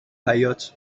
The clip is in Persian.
حباط